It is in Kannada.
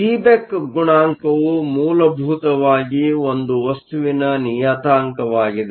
ಸೀಬೆಕ್ ಗುಣಾಂಕವು ಮೂಲಭೂತವಾಗಿ ಒಂದು ವಸ್ತುವಿನ ನಿಯತಾಂಕವಾಗಿದೆ